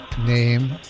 name